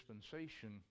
dispensation